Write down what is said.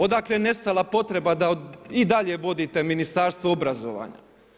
Odakle je nestala potreba da i dalje vodite Ministarstvo obrazovanja?